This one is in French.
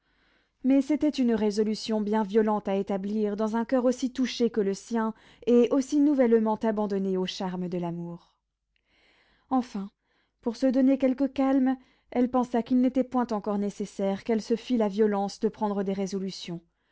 mais c'était une résolution bien violente à établir dans un coeur aussi touché que le sien et aussi nouvellement abandonné aux charmes de l'amour enfin pour se donner quelque calme elle pensa qu'il n'était point encore nécessaire qu'elle se fît la violence de prendre des résolutions